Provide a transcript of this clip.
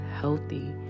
healthy